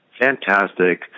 Fantastic